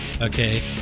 okay